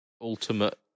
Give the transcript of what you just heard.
ultimate